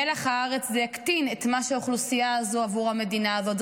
מלח הארץ זה יקטין את מה שהאוכלוסייה הזאת היא עבור המדינה הזאת.